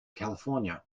california